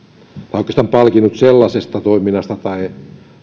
palkinnut sellaisesta toiminnasta tai